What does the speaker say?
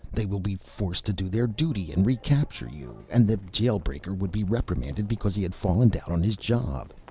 they will be forced to do their duty and recapture you. and the jail-breaker would be reprimanded because he had fallen down on his job.